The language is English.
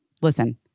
Listen